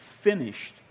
finished